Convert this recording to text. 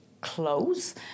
clothes